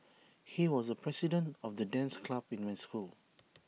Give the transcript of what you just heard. he was the president of the dance club in my school